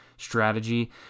strategy